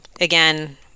again